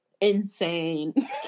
insane